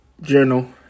journal